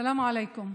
סאלם עליכום.